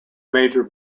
major